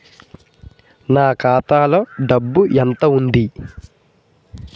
నా ఖాతాలో డబ్బు ఎంత ఉంది?